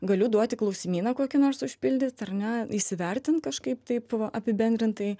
galiu duoti klausimyną kokį nors užpildyt ar ne įsivertint kažkaip taip apibendrintai